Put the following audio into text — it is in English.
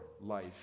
life